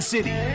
City